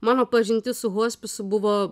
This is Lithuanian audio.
mano pažintis su hospisu buvo